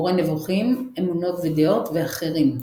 מורה נבוכים, אמונות ודעות ואחרים.